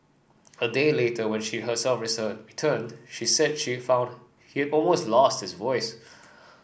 a day later when she herself returned she said she found he always lost his voice